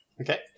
okay